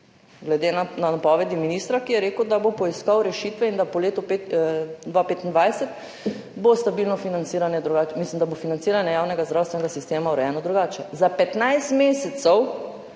glede na napovedi ministra, ki je rekel, da bo poiskal rešitve in da bo po letu 2025 financiranje javnega zdravstvenega sistema urejeno drugače, za 15 mesecev